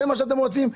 זה מה שאתם רוצים?